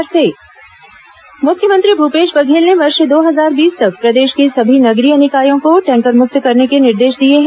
म्ख्यमंत्री बैठक मुख्यमंत्री भूपेश बघेल ने वर्ष दो हजार बीस तक प्रदेश के सभी नगरीय निकायों को टैंकर मुक्त करने के निर्देश दिए हैं